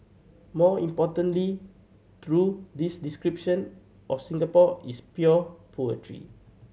more importantly through this description of Singapore is pure poetry